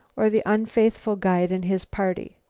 or the unfaithful guide and his party?